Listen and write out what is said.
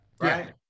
Right